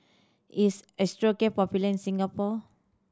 is Osteocare popular in Singapore